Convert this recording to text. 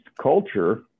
culture